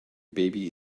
baby